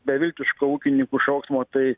beviltiško ūkininkų šauksmo tai